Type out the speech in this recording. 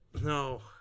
No